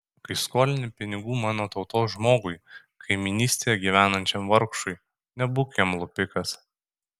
kai skolini pinigų mano tautos žmogui kaimynystėje gyvenančiam vargšui nebūk jam lupikas